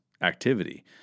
activity